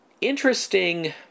interesting